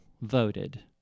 voted